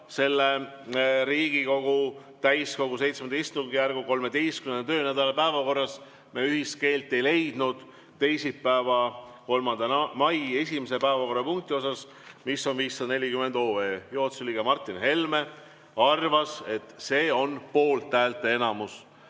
me Riigikogu täiskogu VII istungjärgu 13. töönädala päevakorras ühist keelt ei leidnud teisipäeva, 3. mai esimese päevakorrapunkti osas, mis on 540 OE. Juhatuse liige Martin Helme arvas, et see on poolthäälte enamust